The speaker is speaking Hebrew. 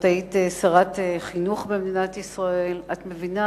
את היית שרת החינוך במדינת ישראל, את מבינה,